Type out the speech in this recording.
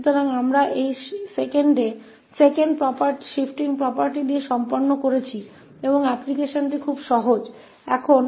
तो हम इस दूसरी शिफ्टिंग property के साथ कर रहे हैं और आवेदन बहुत आसान है